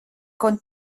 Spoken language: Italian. con